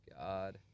God